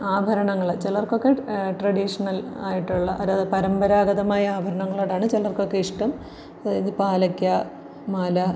ആഭരണങ്ങൾ ചിലർക്കൊക്കെ ട് ട്രഡീഷ്ണൽ ആയിട്ടുള്ള അതായത് പരമ്പരാഗതമായ ആഭരണങ്ങളോടാണ് ചിലർക്കൊക്കെ ഇഷ്ടം അതായത് പാലക്ക്യാ മാല